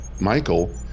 Michael